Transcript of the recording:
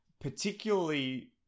particularly